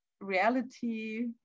reality